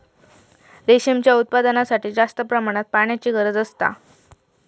रेशीमच्या उत्पादनासाठी जास्त प्रमाणात पाण्याची गरज असता